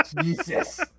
Jesus